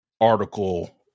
article